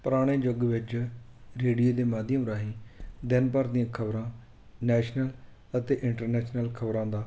ਪੁਰਾਣੇ ਯੁੱਗ ਵਿੱਚ ਰੇਡੀਓ ਦੇ ਮਾਧਿਅਮ ਰਾਹੀਂ ਦਿਨ ਭਰ ਦੀਆਂ ਖਬਰਾਂ ਨੈਸ਼ਨਲ ਅਤੇ ਇੰਟਰਨੈਸ਼ਨਲ ਖਬਰਾਂ ਦਾ